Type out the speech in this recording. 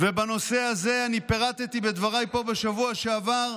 בנושא הזה, אני פירטתי בדבריי פה בשבוע שעבר,